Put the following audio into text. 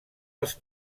als